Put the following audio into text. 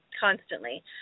constantly